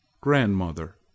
Grandmother